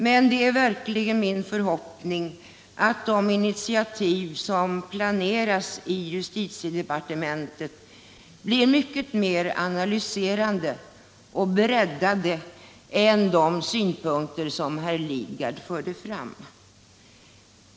Men det är verkligen min förhoppning att de initiativ som planeras i justitiedepartementet bygger på en bättre och bredare analys än de synpunkter som herr Lidgard framförde.